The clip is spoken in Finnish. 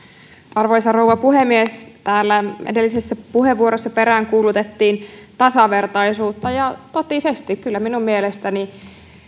arvoisa rouva puhemies täällä edellisessä puheenvuorossa peräänkuulutettiin tasavertaisuutta ja totisesti kyllä minun mielestäni